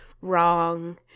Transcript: wrong